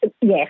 Yes